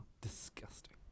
Disgusting